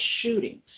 shootings